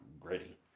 Gritty